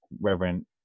Reverend